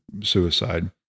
suicide